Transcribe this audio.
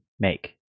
make